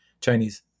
Chinese